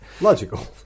Logical